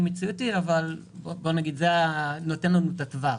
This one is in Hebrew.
מציאותי אבל בואו נגיד שזה נותן לנו את הטווח.